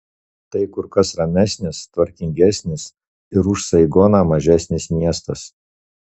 tai kur kas ramesnis tvarkingesnis ir už saigoną mažesnis miestas